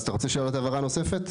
אז אתה רוצה שאלת הבהרה נוספת?